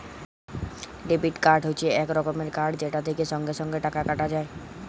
debit card হচ্যে এক রকমের কার্ড যেটা থেক্যে সঙ্গে সঙ্গে টাকা কাটা যায়